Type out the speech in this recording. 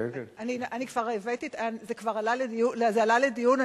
זה כבר עלה לדיון.